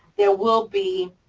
there will be,